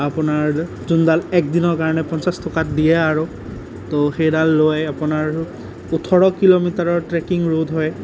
আপোনাৰ যোনডাল এক দিনৰ কাৰণে পঞ্চাছ টকাত দিয়ে আৰু তো সেইডাল লৈ আপোনাৰ ওঠৰ কিলোমিটাৰৰ ট্ৰেকিং ৰোড হয়